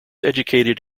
educated